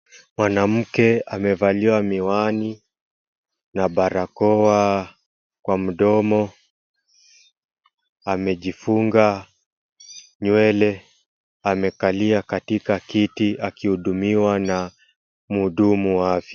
Mwanamke amevalia miwani na barakoa kwa mdomo amejifunga nywele amekalia katika kiti akihudumiwa na mhudumu wa afya.